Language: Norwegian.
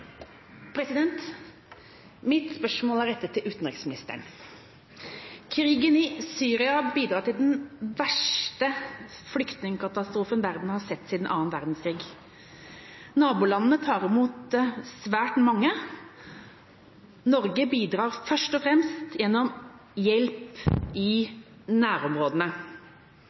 Mitt spørsmål er rettet til utenriksministeren. Krigen i Syria bidrar til den verste flyktningkatastrofen verden har sett siden annen verdenskrig. Nabolandene tar imot svært mange. Norge bidrar først og fremst gjennom hjelp i